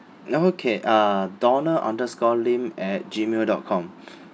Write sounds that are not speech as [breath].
okay uh donald underscore lim at G mail dot com [breath]